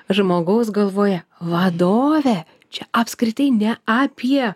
žmogaus galvoje vadovė čia apskritai ne apie